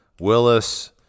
Willis